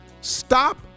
Stop